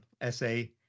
essay